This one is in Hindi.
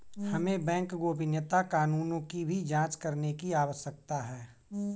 हमें बैंक गोपनीयता कानूनों की भी जांच करने की आवश्यकता है